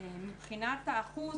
מבחינת האחוז,